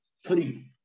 free